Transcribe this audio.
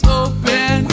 open